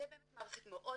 זו באמת מערכת מאוד